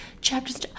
chapters